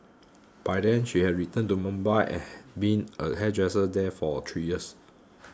by then she had returned to Mumbai and been a hairdresser there for three years